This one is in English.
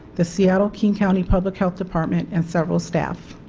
the seattle king county public health department, and several staff.